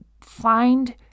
find